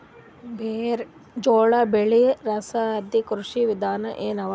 ಜೋಳ ಬೆಳಿ ಸರದಿ ಕೃಷಿ ವಿಧಾನ ಎನವ?